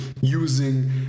using